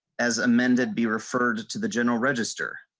as amended be referred to the general register.